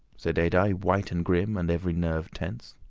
said adye, white and grim, and every nerve tense.